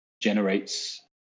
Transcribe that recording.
generates